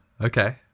Okay